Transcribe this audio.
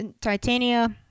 Titania